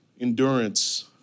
endurance